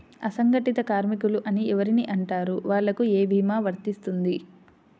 అసంగటిత కార్మికులు అని ఎవరిని అంటారు? వాళ్లకు ఏ భీమా వర్తించుతుంది?